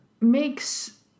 makes